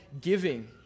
giving